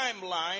timeline